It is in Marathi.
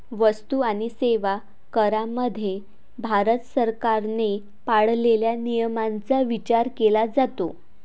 वस्तू आणि सेवा करामध्ये भारत सरकारने पाळलेल्या नियमांचा विचार केला जातो